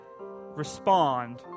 respond